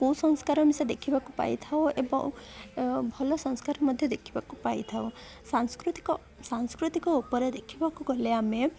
କୁସଂସ୍କାର ମିଶା ଦେଖିବାକୁ ପାଇଥାଉ ଏବଂ ଭଲ ସଂସ୍କାର ମଧ୍ୟ ଦେଖିବାକୁ ପାଇଥାଉ ସାଂସ୍କୃତିକ ସାଂସ୍କୃତିକ ଉପରେ ଦେଖିବାକୁ ଗଲେ ଆମେ